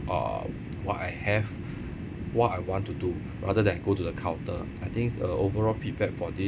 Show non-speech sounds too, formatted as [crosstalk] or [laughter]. uh what I have [breath] what I want to do rather than go to the counter I think uh overall feedback for this